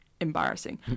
embarrassing